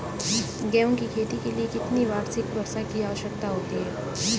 गेहूँ की खेती के लिए कितनी वार्षिक वर्षा की आवश्यकता होती है?